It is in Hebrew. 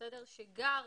שגר